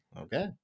Okay